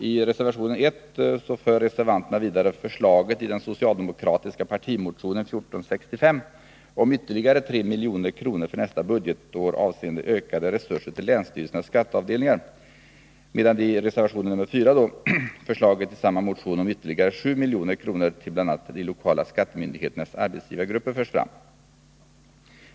I reservationen 1 för reservanterna vidare förslaget i den socialdemokratiska partimotionen 1465 om ytterligare 3 milj.kr. för nästa budgetår avseende ökade resurser till länsstyrelsernas skatteavdelningar, medan i reservationen 4 förslaget i samma motion om ytterligare 7 milj.kr. till bl.a. de lokala skattemyndigheternas arbetsgivargrupper förs fram.